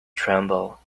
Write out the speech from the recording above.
tremble